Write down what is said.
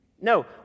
No